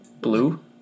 Blue